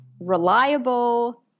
reliable